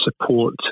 support